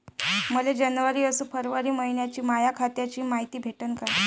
मले जनवरी अस फरवरी मइन्याची माया खात्याची मायती भेटन का?